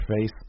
face